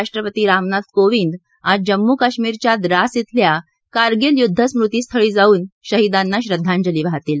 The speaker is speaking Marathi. राष्ट्रपती रामनाथ कोविंद आज जम्मू कश्मीरच्या द्रास इथल्या कारगिल युद्ध स्मृति स्थळी जाऊन शहीदांना श्रद्धांजली वाहतील